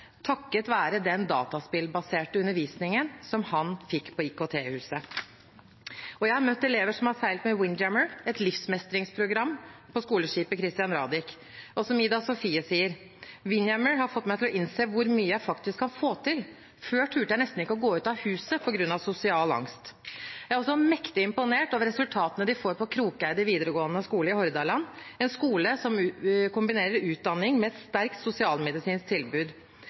takket være den dataspillbaserte undervisningen han fikk på IKT-huset. Jeg har møtt elever som har seilt med Windjammer, et livsmestringsprogram på skoleskipet «Christian Radich». Som Ida-Sofie sier: Windjammer har fått meg til å innse hvor mye jeg faktisk kan få til, før turte jeg nesten ikke å gå ut av huset på grunn av sosial angst. Jeg er også mektig imponert over resultatene de får på Krokeide videregående skole i Hordaland, en skole som kombinerer utdanning med et sterkt sosialmedisinsk tilbud.